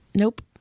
Nope